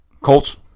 colts